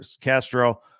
Castro